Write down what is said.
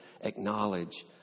acknowledge